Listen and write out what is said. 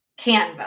Canva